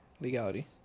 legality